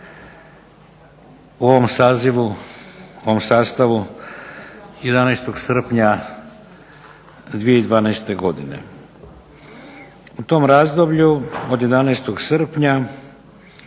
u ovom sazivu, u ovom sastavu 11. srpnja 2012. godine. U tom razdoblju od 11. srpnja